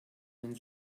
den